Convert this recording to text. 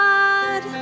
God